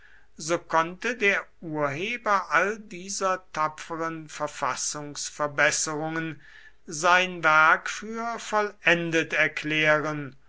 so konnte der urheber all dieser tapferen verfassungsbesserungen sein werk für vollendet erklären